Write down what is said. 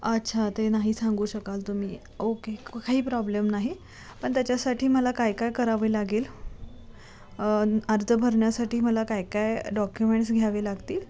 अच्छा ते नाही सांगू शकाल तुम्ही ओके काही प्रॉब्लेम नाही पण त्याच्यासाठी मला काय काय करावे लागेल अर्ज भरण्यासाठी मला काय काय डॉक्युमेंट्स घ्यावे लागतील